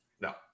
No